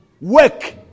work